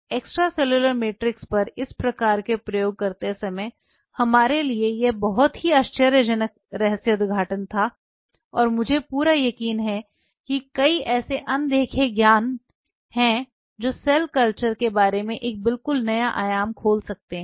extracellular matrix पर इस प्रकार के प्रयोग करते समय हमारे लिए यह बहुत ही आश्चर्यजनक रहस्योद्घाटन था और मुझे पूरा यकीन है कि कई ऐसे अनदेखे ज्ञान हैं जो सेल कल्चर के बारे में एक बिल्कुल नया आयाम खोल सकते हैं